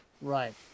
Right